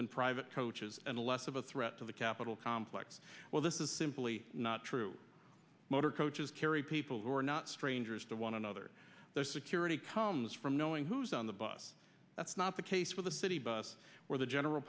than private coaches and less of a threat to the capitol complex well this is simply not true motor coaches carry people who are not strangers to one another their security comes from knowing who's on the bus that's not the case with a city bus or the general